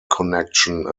connection